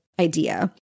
idea